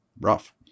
Rough